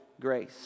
grace